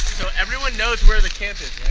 so everyone knows where the camp is,